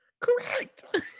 Correct